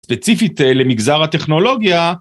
ספציפית למגזר הטכנולוגיה.